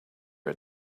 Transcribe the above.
had